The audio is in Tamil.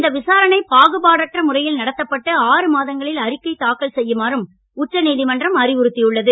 இந்த விசாரணை பாகுபாடற்ற முறையில் நடத்தப்பட்டு ஆறு மாதங்களில் அறிக்கை தாக்கல் செய்யுமாறும் உச்ச நீதிமன்றம் அறிவுறுத்தியுள்ளது